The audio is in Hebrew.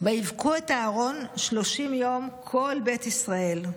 "ויבכו את אהרן שלשים יום כל בית ישראל",